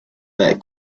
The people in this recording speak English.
that